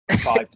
five